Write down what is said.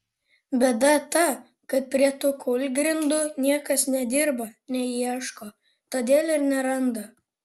bėda ta kad prie tų kūlgrindų niekas nedirba neieško todėl ir neranda